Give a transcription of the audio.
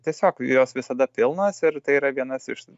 tiesiog jos visada pilnos ir tai yra vienas iš tų